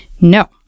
No